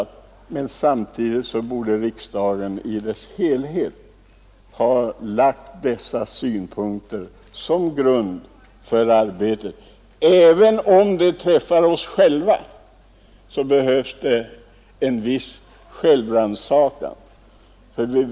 Både utskottet och riksdagen i sin helhet borde tänka på den risk som här finns, även om vi själva är inblandade. Det fordras en viss självrannsakan av oss alla.